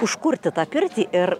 užkurti tą pirtį ir